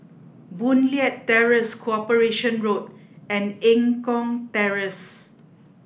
Boon Leat Terrace Corporation Road and Eng Kong Terrace